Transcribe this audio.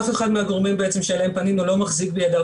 אף אחד מהגורמים שאליהם פנינו לא מחזיק בידיו